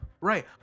Right